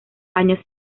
años